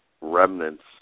remnants